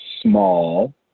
Small